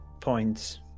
points